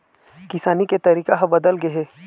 किसानी के तरीका ह बदल गे हे